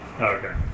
Okay